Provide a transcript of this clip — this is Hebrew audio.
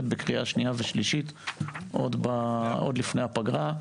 בקריאה שנייה ושלישית עוד לפני הפגרה.